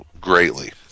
greatly